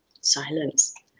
Silence